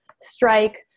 strike